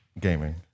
Gaming